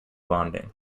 bonding